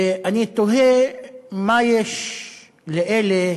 ואני תוהה מה יש לאלה,